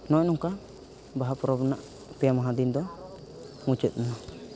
ᱱᱚᱜᱼᱚᱭ ᱱᱚᱝᱠᱟ ᱵᱟᱦᱟ ᱯᱚᱨᱚᱵᱽ ᱨᱮᱱᱟᱜ ᱯᱮ ᱢᱟᱦᱟ ᱫᱤᱱᱫᱚ ᱢᱩᱪᱟᱹᱫ ᱮᱱᱟ